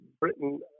Britain